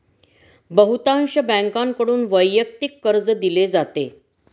बहुतांश बँकांकडून वैयक्तिक कर्ज दिले जाते